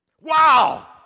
Wow